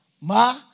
Ma